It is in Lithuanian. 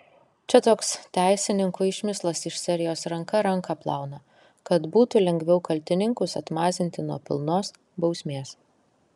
čia toks teisininkų išmislas iš serijos ranka ranką plauna kad būtų lengviau kaltininkus atmazinti nuo pilnos bausmės